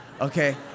Okay